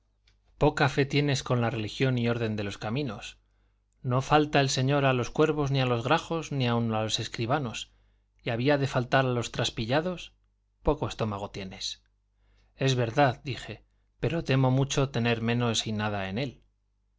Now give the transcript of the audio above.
poca fe tienes con la religión y orden de los caninos no falta el señor a los cuervos ni a los grajos ni aun a los escribanos y había de faltar a los traspillados poco estómago tienes es verdad dije pero temo mucho tener menos y nada en él